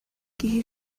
киһи